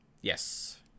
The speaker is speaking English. Yes